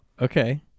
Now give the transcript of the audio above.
Okay